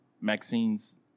Maxine's